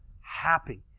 happy